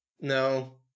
no